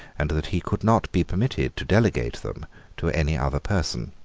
and that he could not be permitted to delegate them to any other person.